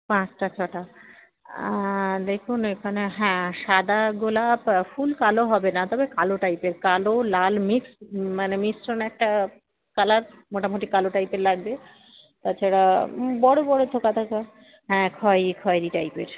পাঁচটা ছটা দেখুন এখানে হ্যাঁ সাদা গোলাপ ফুল কালো হবে না তবে কালো টাইপের কালো লালা মিক্স মানে মিশ্রণ একটা কালার মোটামোটি কালো টাইপের লাগবে তাছাড়া বড়ো বড়ো থোকা থোকা হ্যাঁ খয়েরি খয়েরি টাইপের